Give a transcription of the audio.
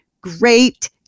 Great